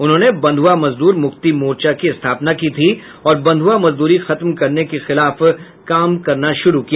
उन्होंने बंधुआ मजदूर मुक्ति मोर्चे की स्थापना की थी और बंधुआ मजदूरी खत्म करने के खिलाफ काम करना शुरू किया